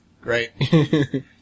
Great